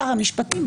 שר המשפטים,